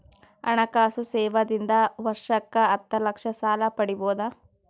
ಹಣಕಾಸು ಸೇವಾ ದಿಂದ ವರ್ಷಕ್ಕ ಹತ್ತ ಲಕ್ಷ ಸಾಲ ಪಡಿಬೋದ?